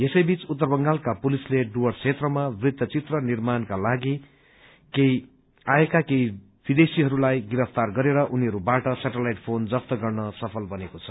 यसैबीच उत्तर बंगालका पुलिसले डुवर्स क्षेत्रमा वृत्तचित्र निर्माणमा लागेका केही विदेशीहरूलाई गिरफ्तार गरेर उनीहरूबाट सेटलाइट फोन जफ्त गर्न सफल बनेको छ